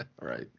Right